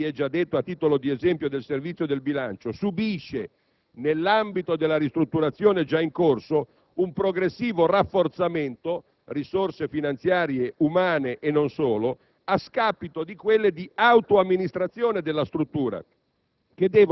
(si è già detto, a titolo di esempio, del Servizio del bilancio) subisce, nell'ambito della ristrutturazione già in corso, un progressivo rafforzamento (risorse finanziarie, umane e non solo) a scapito di quelle di autoamministrazione della struttura,